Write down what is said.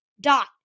dot